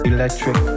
electric